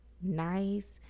nice